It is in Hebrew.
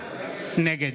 נגד